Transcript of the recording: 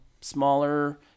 smaller